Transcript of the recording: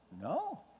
No